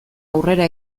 aurrera